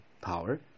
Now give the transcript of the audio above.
power